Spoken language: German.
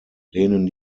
lehnen